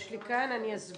יש לי כאן, אני אסביר.